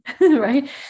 right